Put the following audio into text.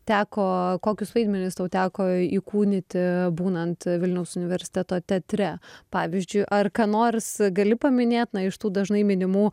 teko kokius vaidmenis tau teko įkūnyti būnant vilniaus universiteto teatre pavyzdžiui ar ką nors gali paminėt na iš tų dažnai minimų